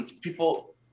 people